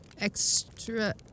extra